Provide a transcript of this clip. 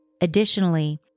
Additionally